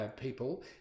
people